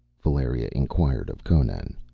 valeria inquired of conan.